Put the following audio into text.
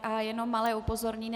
A jenom malé upozornění.